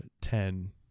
ten